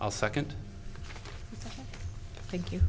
i'll second thank you